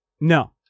No